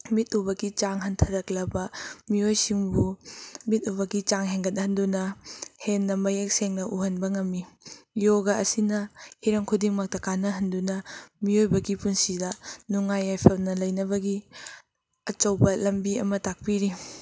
ꯃꯤꯠ ꯎꯕꯒꯤ ꯆꯥꯡ ꯍꯟꯊꯔꯛꯂꯕ ꯃꯤꯑꯣꯏꯁꯤꯡꯕꯨ ꯃꯤꯠ ꯎꯕꯒꯤ ꯆꯥꯡ ꯍꯦꯟꯒꯠꯍꯟꯗꯨꯅ ꯍꯦꯟꯅ ꯃꯌꯦꯛ ꯁꯦꯡꯅ ꯎꯍꯟꯕ ꯉꯝꯃꯤ ꯌꯣꯒ ꯑꯁꯤꯅ ꯍꯤꯔꯝ ꯈꯨꯗꯤꯡꯃꯛꯇ ꯀꯥꯅꯍꯟꯗꯨꯅ ꯃꯤꯑꯣꯏꯕꯒꯤ ꯄꯨꯟꯁꯤꯗ ꯅꯨꯡꯉꯥꯏ ꯌꯥꯏꯐꯅ ꯂꯩꯅꯕꯒꯤ ꯑꯆꯧꯕ ꯂꯝꯕꯤ ꯑꯃ ꯇꯥꯛꯄꯤꯔꯤ